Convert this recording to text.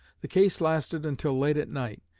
the case lasted until late at night,